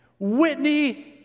Whitney